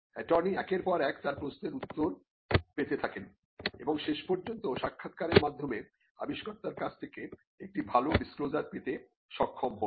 attorney একের পর এক তার প্রশ্নের উত্তর পেতে থাকেন এবং শেষপর্যন্ত সাক্ষাৎকারের মাধ্যমে আবিষ্কর্তার কাছ থেকে একটি ভালো ডিসক্লোজার পেতে সক্ষম হন